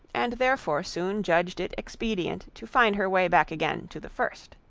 and therefore soon judged it expedient to find her way back again to the first.